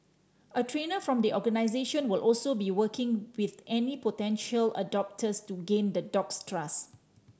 a trainer from the organisation will also be working with any potential adopters to gain the dog's trust